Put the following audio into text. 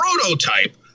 prototype